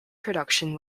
production